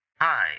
Hi